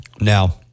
Now